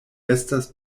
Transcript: estas